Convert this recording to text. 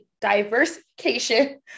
diversification